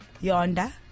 Yonder